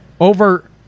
over